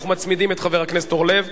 אנחנו מצמידים את חבר הכנסת אורלב,